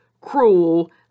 cruel